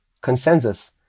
consensus